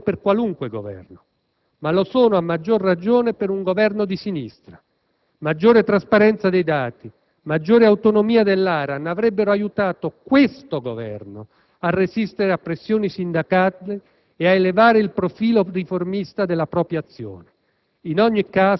Lo sarebbero per qualunque Governo, ma lo sono a maggior ragione per un Governo di sinistra. Maggiore trasparenza dei dati, maggiore autonomia dell'ARAN avrebbero aiutato questo Governo a resistere a pressioni sindacali e ad elevare il profilo riformista della propria azione.